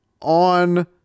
on